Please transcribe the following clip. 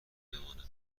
بمانم